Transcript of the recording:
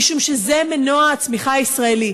משום שזה מנוע הצמיחה הישראלי.